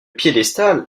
piédestal